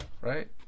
right